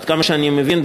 עד כמה שאני מבין,